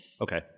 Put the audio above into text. Okay